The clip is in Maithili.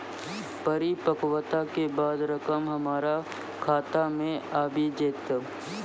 परिपक्वता के बाद रकम हमरा खाता मे आबी जेतै?